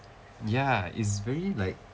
ya it's very like